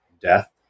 death